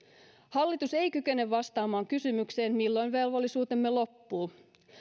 hallitus ei kykene vastaamaan kysymykseen milloin velvollisuutemme loppuu